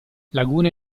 laguna